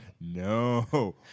No